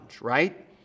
right